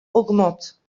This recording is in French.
augmente